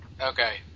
Okay